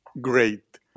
Great